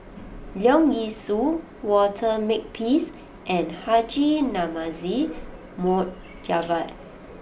Leong Yee Soo Walter Makepeace and Haji Namazie Mohd Javad